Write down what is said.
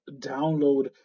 download